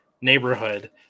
neighborhood